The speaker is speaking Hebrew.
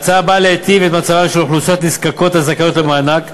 ההצעה באה להיטיב את מצבן של אוכלוסיות נזקקות הזכאיות למענק.